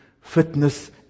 fitness